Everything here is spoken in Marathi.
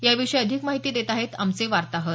याविषयी अधिक माहिती देत आहेत आमचे वार्ताहर